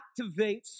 activates